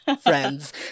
friends